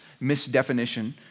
misdefinition